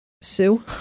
sue